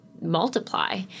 multiply